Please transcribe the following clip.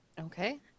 Okay